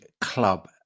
Club